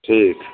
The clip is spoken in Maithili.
ठीक है